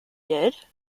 did